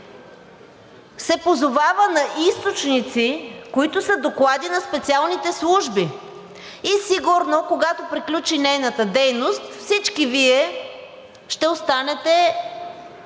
се позовава на източници, които са доклади на специалните служби. И сигурно, когато приключи нейната дейност, всички Вие ще останете много